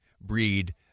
breed